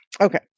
okay